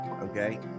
okay